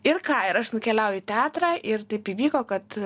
ir ką ir aš nukeliauju į teatrą ir taip įvyko kad